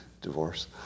divorce